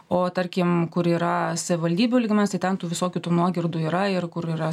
o tarkim kur yra savivaldybių lygmens tai ten tų visokių tų nuogirdų yra ir kur yra